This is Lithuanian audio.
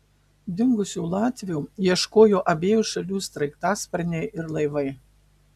dingusio latvio ieškojo abiejų šalių sraigtasparniai ir laivai